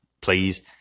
please